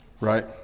right